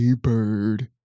bird